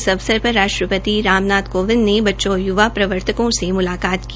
इस अवसर पर राष्ट्रपति राम नाथ कोविंद ने बच्चों और य्वा प्रवर्तकों से मुलाकात की